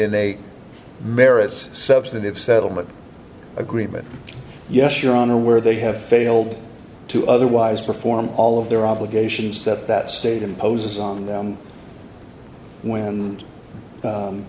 in a merits substantive settlement agreement yes your honor where they have failed to otherwise perform all of their obligations that that state imposes on them when